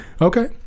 Okay